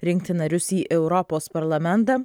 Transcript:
rinkti narius į europos parlamentą